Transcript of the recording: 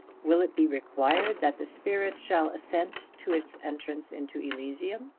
will it be required that the spirit shall assent to its entrance into elysium?